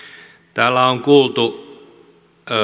täällä on kuultu